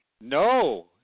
No